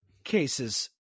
cases